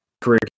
career